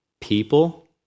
people